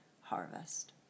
harvest